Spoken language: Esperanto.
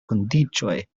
kondiĉoj